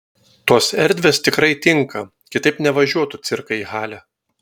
tos erdvės tikrai tinka kitaip nevažiuotų cirkai į halę